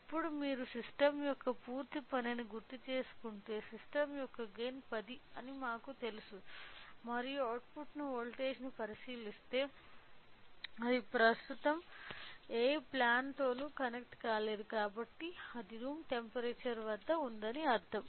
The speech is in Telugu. ఇప్పుడు మీరు సిస్టమ్ యొక్క పూర్తి పనిని గుర్తుచేసుకుంటే సిస్టమ్ యొక్క గైన్ 10 అని మాకు తెలుసు మరియు అవుట్పుట్ వోల్టేజ్ను పరిశీలిస్తే అది ప్రస్తుతం ఏ ప్లాన్తోనూ కనెక్ట్ కాలేదు కాబట్టి అది రూమ్ టెంపరేచర్ వద్ద ఉందని అర్థం